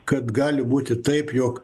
kad gali būti taip jog